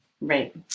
Right